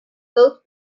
both